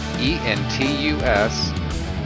E-N-T-U-S